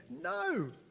No